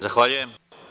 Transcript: Zahvaljujem.